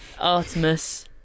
Artemis